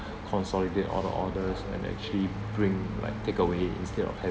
consolidate all the orders and actually bring like takeaway instead of